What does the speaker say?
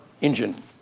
engine